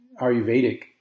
Ayurvedic